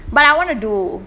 but I want to do